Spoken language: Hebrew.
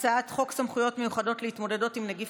הצעת חוק סמכויות מיוחדות להתמודדות עם נגיף